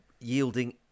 yielding